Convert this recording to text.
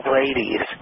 ladies